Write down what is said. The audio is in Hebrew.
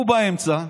הוא באמצע,